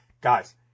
Guys